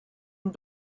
and